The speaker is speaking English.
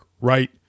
right